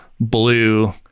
Blue